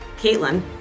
Caitlin